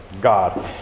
god